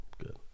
good